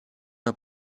una